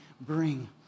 bring